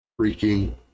freaking